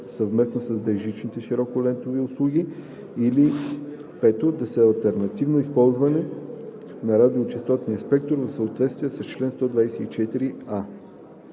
съвместно с безжичните широколентови услуги, или 5. за алтернативно използване на радиочестотния спектър в съответствие с чл. 124а.“